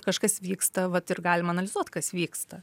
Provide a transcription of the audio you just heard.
kažkas vyksta vat ir galim analizuot kas vyksta